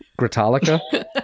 Gritalica